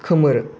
खोमोर